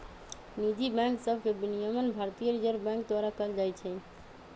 निजी बैंक सभके विनियमन भारतीय रिजर्व बैंक द्वारा कएल जाइ छइ